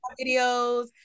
videos